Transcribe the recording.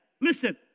Listen